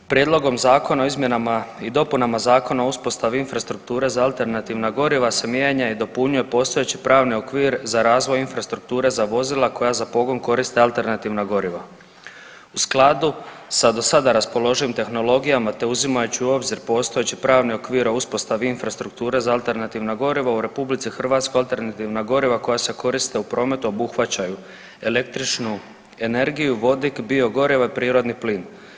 Prijedlogom zakona o izmjenama i dopunama Zakona o uspostavi infrastrukture za alternativna goriva se mijenja i dopunjuje postojeći pravni okvir za razvoj infrastrukture za vozila koja za pogon koriste alternativna goriva u skladu sa do sada raspoloživim tehnologijama te uzimajući u obzir postojeći pravni okvir o uspostavi infrastrukture za alternativna gorivo u RH alternativna goriva koja se koriste u prometu obuhvaćaju: električnu energiju, vodik, biogorivo i prirodni plin.